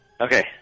Okay